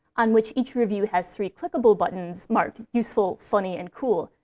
on which each review has three clickable buttons marked useful, funny, and cool,